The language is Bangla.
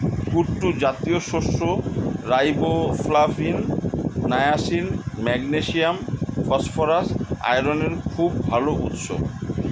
কুট্টু জাতীয় শস্য রাইবোফ্লাভিন, নায়াসিন, ম্যাগনেসিয়াম, ফসফরাস, আয়রনের খুব ভাল উৎস